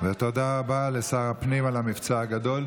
ותודה רבה לשר הפנים על המבצע הגדול.